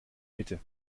mitte